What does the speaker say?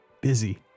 busy